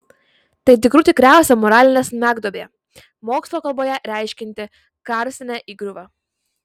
tai tikrų tikriausia moralinė smegduobė mokslo kalboje reiškianti karstinę įgriuvą